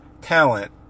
talent